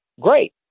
great